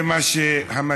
זה מה שמתווה